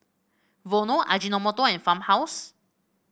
Vono Ajinomoto and Farmhouse